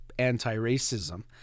anti-racism